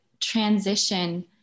transition